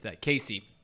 Casey